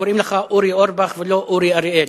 קוראים לך אורי אורבך ולא אורי אריאל,